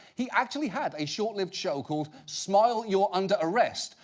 he actually had a short-lived show called, smile. you're under arrest,